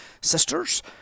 sisters